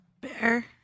Bear